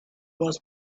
was